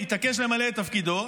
התעקש למלא את תפקידו.